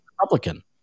Republican